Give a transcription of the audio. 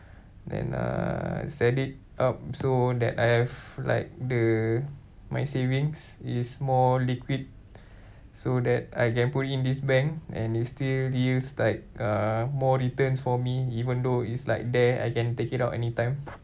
then uh set it up so that I have like the my savings is more liquid so that I can put in this bank and it still yields like uh more returns for me even though it's like there I can take it out anytime